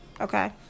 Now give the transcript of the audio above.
Okay